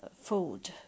food